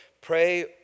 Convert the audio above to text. pray